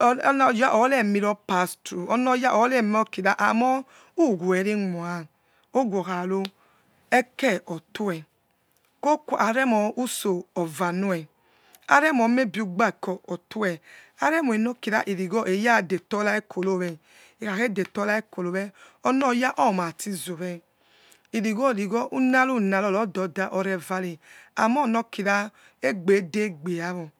onoya oremiropass envirorithrough onoya oremskins andre viveremesi owokha ro ekie otue kokuo gremokhiss olanue avemie mebi ugbako obue areminek ra irigho enadeto gikhonowe ekha khedets raikorowch onoya grati zowe brigho righo umano ynaro rododa re vare amonor kira esbedegbygo.